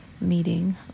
meeting